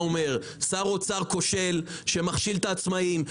אומר: שר אוצר כושל שמכשיל את העצמאים,